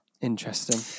Interesting